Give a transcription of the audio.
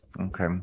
Okay